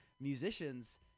musicians